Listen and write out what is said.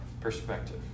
perspective